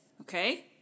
Okay